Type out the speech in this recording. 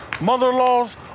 mother-in-laws